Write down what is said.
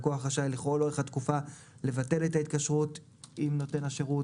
הלקוח רשאי לכל אורך התקופה לבטל את ההתקשרות עם נותן השירות.